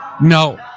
No